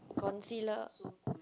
concealer